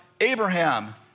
Abraham